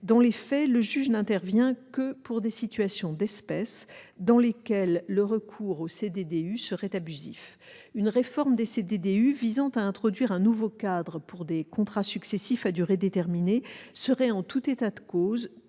Dans les faits, le juge n'intervient que pour des situations d'espèce dans lesquelles le recours au CDDU serait abusif. Une réforme des CDDU visant à introduire un nouveau cadre pour des contrats successifs à durée déterminée serait, en tout état de cause,